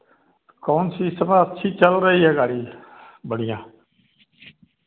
कौन सी इस समय अच्छी चल रही है गाड़ी बढ़िया